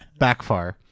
Backfar